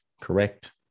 Correct